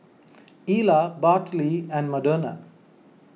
Ila Bartley and Madonna